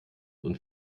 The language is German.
und